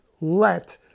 let